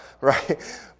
right